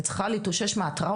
אלא היא צריכה להתאושש מהטראומה,